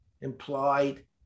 implied